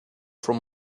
from